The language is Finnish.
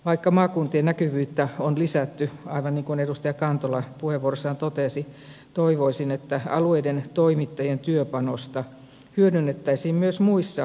vaikka maakuntien näkyvyyttä on lisätty aivan niin kuin edustaja kantola puheenvuorossaan totesi toivoisin että alueiden toimittajien työpanosta hyödynnettäisiin myös muissa ohjelmaprojekteissa